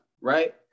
right